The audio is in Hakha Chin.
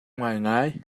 ngaingai